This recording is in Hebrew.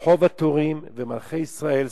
רחוב הטורים ומלכי-ישראל,